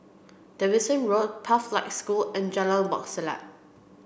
Davidson Road Pathlight School and Jalan Wak Selat